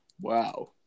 wow